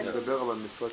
הוא מדבר על המשרד